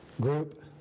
group